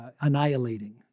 annihilating